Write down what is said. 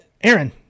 Aaron